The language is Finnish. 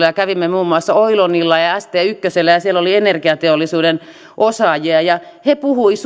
ja kävimme muun muassa oilonilla ja st yhdellä ja siellä oli energiateollisuuden osaajia he puhuivat